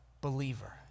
believer